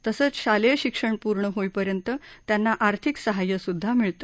तसच शालेय शिक्षण पूर्ण होईपर्यंत त्यांना आर्थिक सहाय्य सुद्धा मिळते